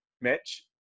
Mitch